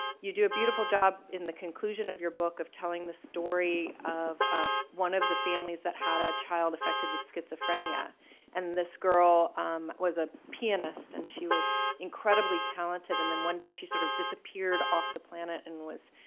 you do a beautiful job in the conclusion of your book of telling the story of of one of the families that had a child affected with schizophrenia and this girl um was a pianist and she was incredibly talented and then one day she sort of disappeared off the planet and was,